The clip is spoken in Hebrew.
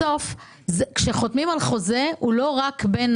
בסוף, כשחותמים על חוזה, הוא לא רק בין